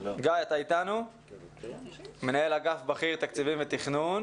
אטיאס, מנהל אגף בכיר תקציבים ותכנון